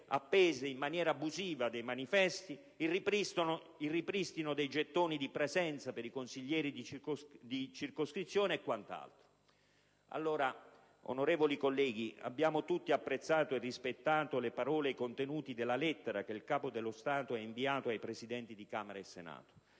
appese in maniera abusiva dei manifesti e il ripristino dei gettoni di presenza per i consiglieri di circoscrizione. Onorevoli colleghi, abbiamo tutti apprezzato e rispettato le parole e i contenuti della lettera che il Capo dello Stato ha inviato ai Presidenti di Camera e Senato.